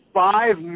five